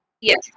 Yes